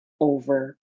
over